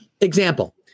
Example